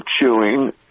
chewing